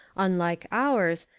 unlike ours,